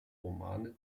romane